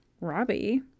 robbie